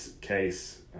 case